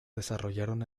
desarrollaron